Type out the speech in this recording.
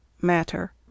matter